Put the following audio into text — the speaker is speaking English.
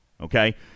okay